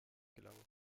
gelangen